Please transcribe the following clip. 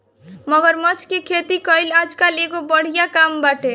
मगरमच्छ के खेती कईल आजकल एगो बढ़िया काम बाटे